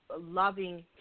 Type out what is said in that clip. loving